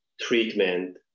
treatment